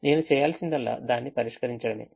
నేను చేయాల్సిందల్లా దాన్ని పరిష్కరించడమే